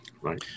right